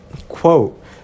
quote